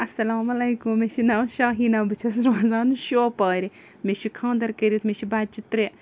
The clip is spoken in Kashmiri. اَسَلامُ علیکُم مےٚ چھُ ناو شاہیٖنہ بہٕ چھَس روزان شوپارِ مےٚ چھُ خانٛدَر کٔرِتھ مےٚ چھِ بَچہِ ترٛےٚ